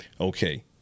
okay